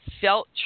felt